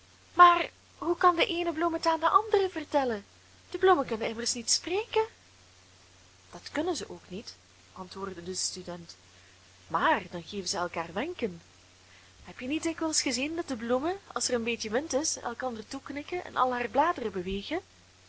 maar hoe kan de eene bloem het aan de andere vertellen de bloemen kunnen immers niet spreken dat kunnen zij ook niet antwoordde de student maar dan geven zij elkaar wenken heb je niet dikwijls gezien dat de bloemen als er een beetje wind is elkander toeknikken en al haar bladeren bewegen